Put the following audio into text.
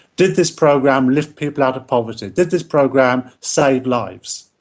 did this program lift people out of poverty, did this program save lives?